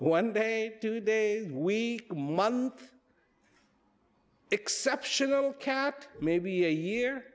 one day two days we month exceptional cat may be a year